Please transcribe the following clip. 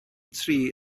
tri